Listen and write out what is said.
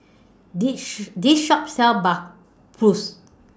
This Shop sells Bratwurst